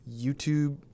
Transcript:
YouTube